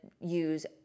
use